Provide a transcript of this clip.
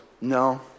no